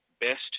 best